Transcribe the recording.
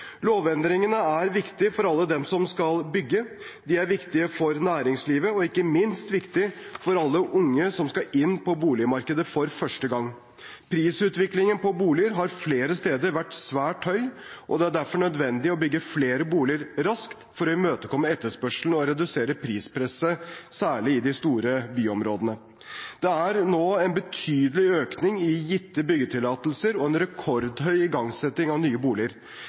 Lovendringene er viktige for alle dem som skal bygge, de er viktige for næringslivet, og de er ikke minst viktige for alle unge som skal inn på boligmarkedet for første gang. Prisutviklingen på boliger har flere steder vært svært høy, og det er derfor nødvendig å bygge flere boliger raskt for å imøtekomme etterspørselen og redusere prispresset, særlig i de store byområdene. Det er nå en betydelig økning i gitte byggetillatelser og en rekordhøy igangsetting av nye boliger.